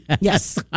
Yes